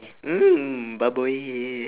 mm